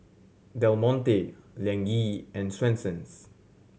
Del Monte Liang Yi and Swensens